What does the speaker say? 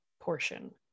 portion